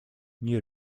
nie